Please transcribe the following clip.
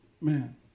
man